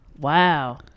Wow